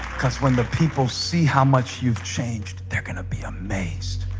because when the people see how much you've changed they're gonna be amazed